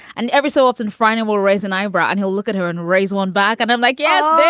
and every so often, frenette will raise an eyebrow and he'll look at her and raise one back. and i'm like, yes, yeah